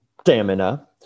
stamina